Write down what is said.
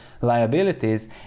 liabilities